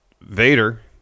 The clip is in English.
Vader